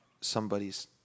somebody's